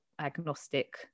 agnostic